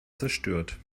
zerstört